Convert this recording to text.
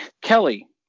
Kelly